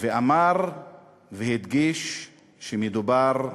והוא אמר והדגיש שמדובר,